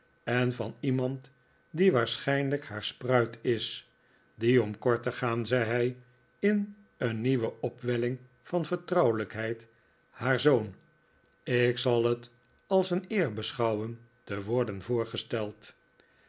en van iemand die waarschijnlijk haar spruit is die om kort te gaan zei hij in een nieuwe opwelling van vertrouwelijkheid haar zoon ik zal het als een eer beschouwen te worden voorgesteld